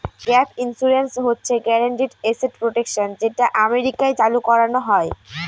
gap insurance হচ্ছে guaranteed asset protection যেটা আমেরিকায় চালু করানো হয়